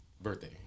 Birthday